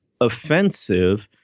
offensive